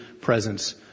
presence